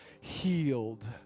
healed